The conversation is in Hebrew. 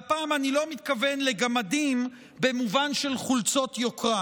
והפעם אני לא מתכוון לגמדים במובן של חולצות יוקרה,